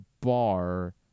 bar